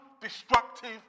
destructive